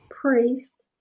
Priest